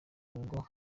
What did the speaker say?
urugo